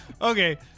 Okay